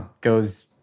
goes